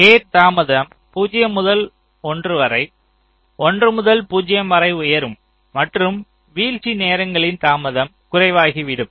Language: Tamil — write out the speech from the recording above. கேட் தாமதம் 0 முதல் 1 வரை 1 முதல் 0 வரை உயரும் மற்றும் வீழ்ச்சி நேரங்களின் தாமதம் குறைவாகிவிடும்